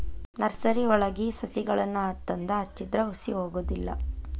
ನರ್ಸರಿವಳಗಿ ಸಸಿಗಳನ್ನಾ ತಂದ ಹಚ್ಚಿದ್ರ ಹುಸಿ ಹೊಗುದಿಲ್ಲಾ